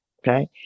Okay